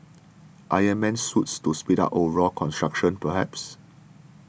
Iron Man Suits to speed up overall construction perhaps